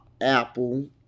Apple